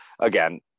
again